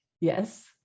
Yes